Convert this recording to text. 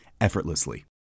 effortlessly